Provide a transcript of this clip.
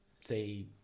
say